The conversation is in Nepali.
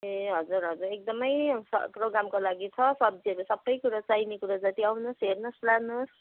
ए हजुर हजुर एकदमै छ प्रोग्रामको लागि छ सब्जीहरू सबै कुरो चाहिने कुरो जति आउनुहोस् हेर्नुहोस् लानुहोस्